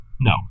No